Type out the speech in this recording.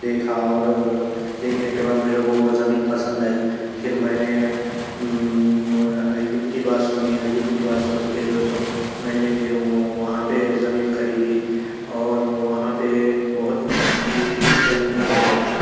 دیکھا اور دیکھنے کے بعد میرے کو وہ زمین پسند آئی پھر میں نے ایوب کی بات سنی ایوب کی بات سن کے جو سوں میں نے پھر وہاں پہ زمین خریدی اور وہاں پہ بہت اچھی زمین ملی میرے کو